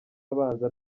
abanza